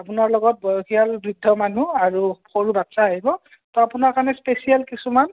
আপোনাৰ লগত বয়সীয়াল বৃদ্ধ মানুহ আৰু সৰু বাচ্ছা আহিব ত' আপোনাৰ কাৰণে স্পেচিয়েল কিছুমান